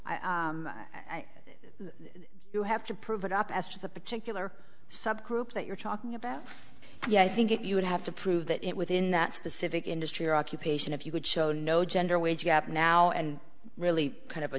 you have to prove it up as to the particular subgroup that you're talking about yeah i think it you would have to prove that it within that specific industry or occupation if you could show no gender wage gap now and really kind of a